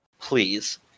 Please